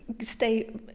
stay